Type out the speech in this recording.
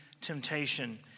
temptation